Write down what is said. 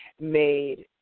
made